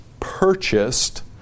purchased